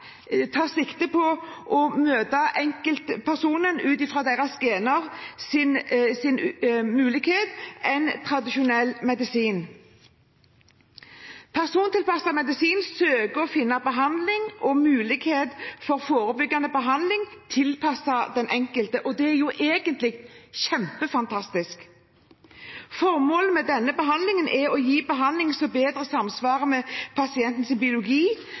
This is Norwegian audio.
tar sikte på å møte enkeltpersoner ut fra deres gener, muligheter, enn tradisjonell medisin. Persontilpasset medisin søker å finne behandling og mulighet for forebyggende behandling tilpasset den enkelte, og det er egentlig kjempefantastisk. Formålet med denne behandlingen er å gi behandling som bedre samsvarer med pasientens biologi.